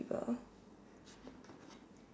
people